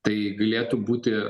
tai galėtų būti